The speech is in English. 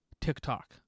TikTok